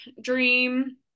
dream